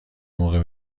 موقع